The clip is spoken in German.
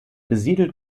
besiedelt